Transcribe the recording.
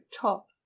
top